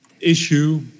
issue